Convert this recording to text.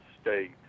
state